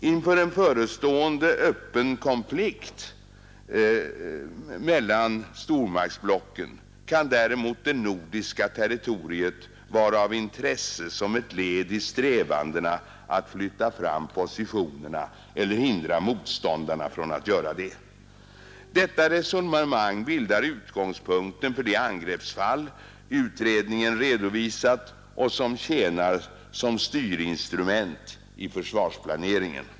Inför en förestående öppen konflikt mellan stormaktsblocken kan däremot det nordiska territoriet vara av intresse som ett led i strävandena att flytta fram positionerna eller hindra motståndarna från att göra det. Detta resonemang bildar utgångspunkten för det angreppsfall utredningen redovisat och som tjänar som styrinstrument i försvarsplaneringen.